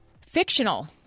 Fictional